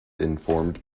informed